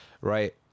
right